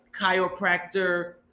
chiropractor